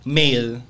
male